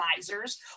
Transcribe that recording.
advisors